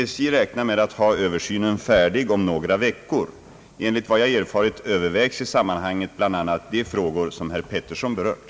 SJ räknar med att ha översynen färdig om några veckor. Enligt vad jag erfarit övervägs i sammanhanget bl.a. de frågor som herr Peterson berört.